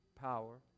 power